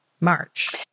March